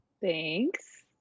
Thanks